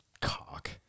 Cock